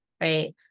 right